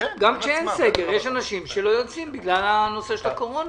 גם כשאין סגר יש אנשים שלא יוצאים בגלל הנושא של הקורונה.